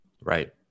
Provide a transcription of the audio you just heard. Right